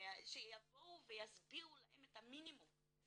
שיבואו ויסבירו להם את המינימום.